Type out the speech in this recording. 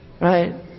Right